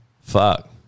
Fuck